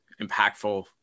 impactful